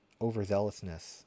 overzealousness